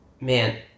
man